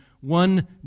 One